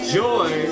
joy